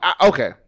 Okay